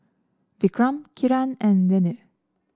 Vikram Kiran and Renu